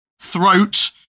throat